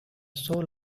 soul